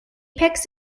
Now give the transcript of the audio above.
apex